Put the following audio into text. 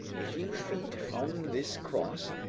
a few feet from this cross,